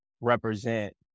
represent